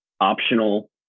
optional